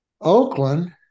Oakland